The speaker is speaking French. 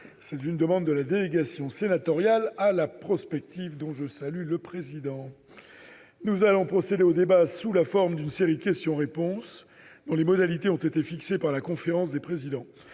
à la demande de la délégation sénatoriale à la prospective, sur les mobilités du futur. Nous allons procéder au débat sous la forme d'une série de questions-réponses dont les modalités ont été fixées par la conférence des présidents.